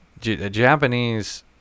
Japanese